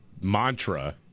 mantra